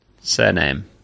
surname